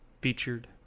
featured